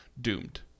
doomed